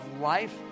life